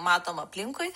matom aplinkui